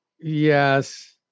yes